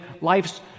life's